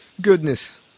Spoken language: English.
goodness